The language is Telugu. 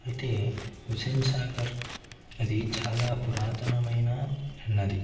అయితే హుస్సేన్ సాగర్ అది చాలా పురాతనమైన అన్నది